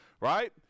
right